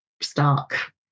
stark